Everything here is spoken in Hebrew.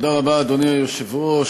אדוני היושב-ראש,